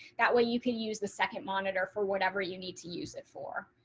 that way you can use the second monitor for whatever you need to use it for